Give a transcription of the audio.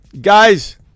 Guys